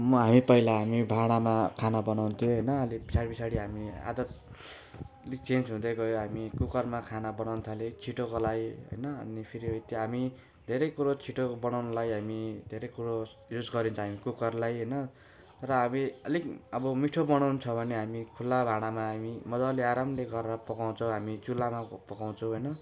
म हो पहिला हामी भाँडामा खाना बनाउँथ्यौँ होइन अलिक पछाडि पछाडि हामी आदत अलिक चेन्ज हुँदै गयो हामी कुकरमा खाना बनाउन थाल्यौँ छिटोको लागि होइन अनि फेरि त्यो हामी धेरै कुरो छिटो बनाउनुलाई हामी धेरै कुरो युज गरिन्छ हामी कुकरलाई होइन र हामी अलिक अब मिठो बनाउनु छ भने हामी खुला भाँडामा हामी मजाले आरामले गरेर पकाउँछौँ हामी चुलामा पकाउँछौँ होइन